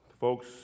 Folks